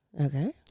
Okay